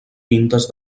llindes